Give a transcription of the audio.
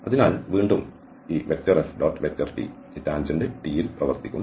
അതിനാൽ വീണ്ടും ഈ FT ഈ ടാൻജന്റ് T യിൽ പ്രവർത്തിക്കും